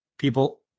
People